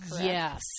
Yes